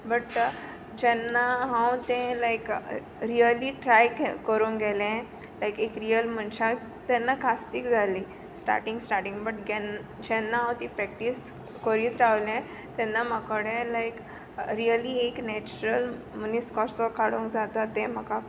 but जेन्ना हांव तें लायक रियली ट्राय करूंक गेलें लायक एक रियल मनशाक तेन्ना कास्तीक जाली स्टार्टींग स्टार्टींग बट जेन्ना हांव ती प्रॅक्टीस करीत रावलें तेन्ना म्हाकोडें लायक रियली एक नॅचरल मनीस कसो काडूंक जाता तें म्हाका